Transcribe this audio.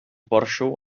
porxo